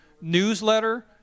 newsletter